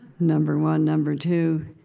number one. number two,